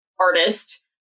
artist